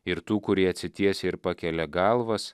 ir tų kurie atsitiesia ir pakelia galvas